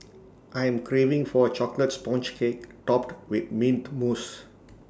I am craving for A Chocolate Sponge Cake Topped with Mint Mousse